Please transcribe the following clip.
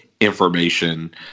information